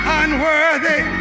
unworthy